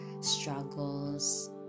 struggles